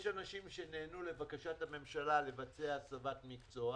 יש אנשים שנענו לבקשת הממשלה לבצע הסבת מקצוע,